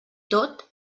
tot